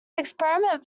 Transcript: experiment